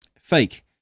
Fake